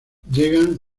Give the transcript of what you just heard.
llegan